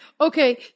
okay